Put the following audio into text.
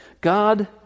God